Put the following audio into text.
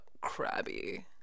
crabby